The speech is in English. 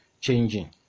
changing